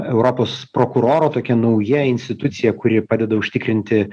europos prokurorų tokia nauja institucija kuri padeda užtikrinti